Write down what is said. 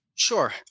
Sure